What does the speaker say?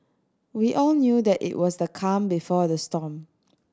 we all knew that it was the calm before the storm